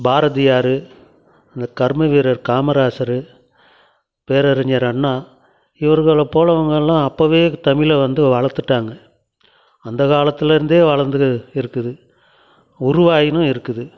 பாரதியாரு இந்த கர்மவீரர் காமராசர் பேரறிஞர் அண்ணா இவர்களப்போல இவங்கெல்லாம் அப்போவே தமிழை வந்து வளர்த்துட்டாங்க அந்த காலத்துலருந்தே வளர்ந்து இருக்குது உருவாயின்னும் இருக்குது